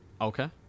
Okay